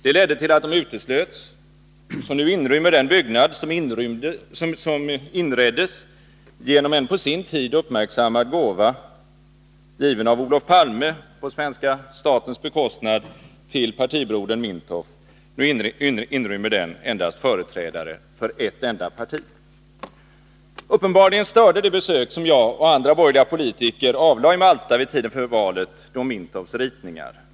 Det ledde till att de uteslöts, så nu inrymmer den byggnad som inreddes genom en på sin tid uppmärksammad gåva, av Olof Palme på svenska statens bekostnad till partibrodern Mintoff, endast företrädare för ett enda parti. Uppenbarligen störde det besök som jag och andra borgerliga politiker avlade i Malta vid tiden för valet Dom Mintoffs ritningar.